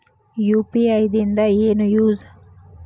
UPI ದಿಂದ ಏನು use?